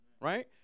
right